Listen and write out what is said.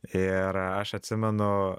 ir aš atsimenu